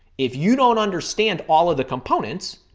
if you don't understand all of the components,